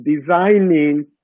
designing